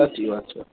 સાચી વાત છે